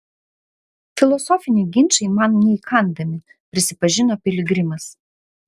filosofiniai ginčai man neįkandami prisipažino piligrimas